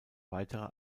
weiterer